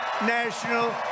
National